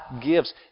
gives